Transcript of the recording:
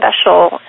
special